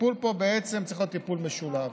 הטיפול פה בעצם צריך להיות טיפול משולב: